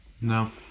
No